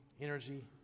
energy